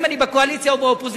אם אני בקואליציה או באופוזיציה.